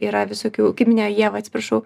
yra visokių kaip minėjo ieva atsiprašau